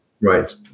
Right